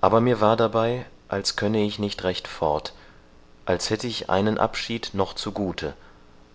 aber mir war dabei als könne ich nicht recht fort als hätt ich einen abschied noch zu gute